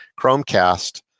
Chromecast